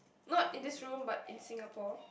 not in this room but in Singapore